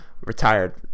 retired